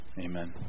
amen